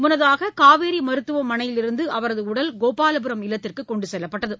முன்னதாக காவேரி மருத்துவமனையிலிருந்து அவரது உடல் கோபாலபுரம் இல்லத்திற்கு கொண்டு செல்லப்பட்டது